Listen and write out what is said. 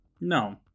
No